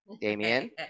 Damien